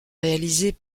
réalisées